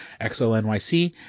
XLNYC